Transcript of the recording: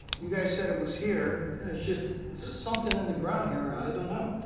you guys said it was here. it's just something in the ground here. i don't know.